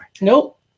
Nope